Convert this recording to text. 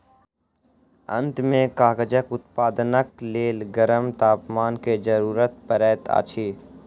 अंत में कागजक उत्पादनक लेल गरम तापमान के जरूरत पड़ैत अछि